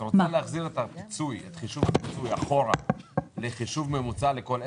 את רוצה להחזיר את חישוב הפיצוי אחורה לחישוב שכר ממוצע לכל עסק?